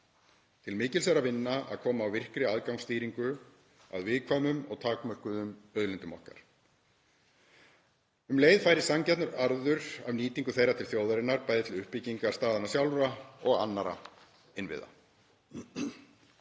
Til mikils er að vinna að koma á virkri aðgangsstýringu að viðkæmum og takmörkuðum auðlindum okkar. Um leið færist sanngjarn arður af nýtingu þeirra til þjóðarinnar, bæði til uppbyggingar staðanna sjálfra og annarra innviða.